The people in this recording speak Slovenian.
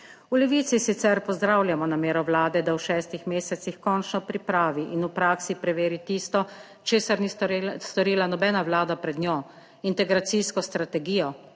V Levici sicer pozdravljamo namero Vlade, da v 6. mesecih končno pripravi in v praksi preveri tisto, česar ni storila nobena Vlada pred njo, integracijsko strategijo,